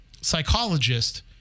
psychologist